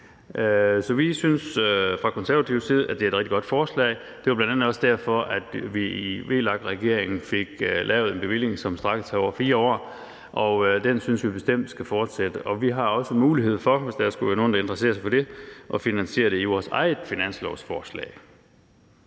Så vi synes fra konservativ side, at det er et rigtig godt forslag. Det er bl.a. også derfor, at vi i VLAK-regeringen fik lavet en bevilling, der strakte sig over 4 år. Den synes vi bestemt skal fortsætte. Vi har også mulighed for, hvis der skulle være nogen, der interesserer sig for det, at finansiere det i vores eget finanslovsforslag.